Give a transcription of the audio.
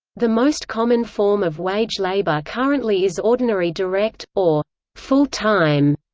the most common form of wage labour currently is ordinary direct, or full-time,